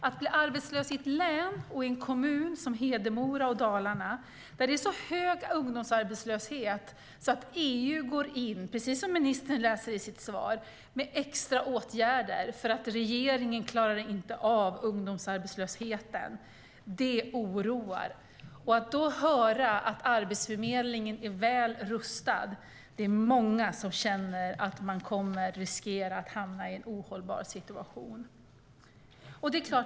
Att bli arbetslös i ett län och i en kommun som Dalarna och Hedemora där det är en så hög ungdomsarbetslöshet att EU går in, precis som ministern läste upp i sitt svar, med extra åtgärder för att regeringen inte klarar av ungdomsarbetslösheten är någonting som oroar. Då får vi höra att Arbetsförmedlingen är väl rustad. Det är många som riskerar att hamna i en ohållbar situation.